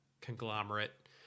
conglomerate